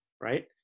right